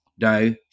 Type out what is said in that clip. No